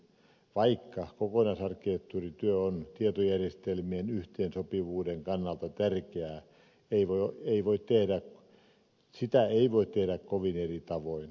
vaikka kokonaisarkkitehtuurityö on tietojärjestelmien yhteensopivuuden kannalta tärkeää sitä ei voi tehdä kovin eri tavoin